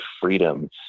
freedom